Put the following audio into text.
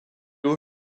haut